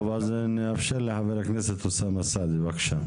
נאפשר לחבר הכנסת אוסאמה סעדי להתייחס.